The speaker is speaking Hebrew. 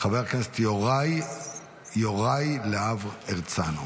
חבר הכנסת יוראי להב הרצנו.